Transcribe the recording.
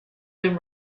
been